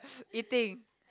eating